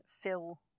fill